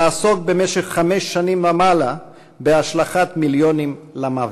לעסוק במשך חמש שנים ומעלה בהשלכת מיליונים למוות.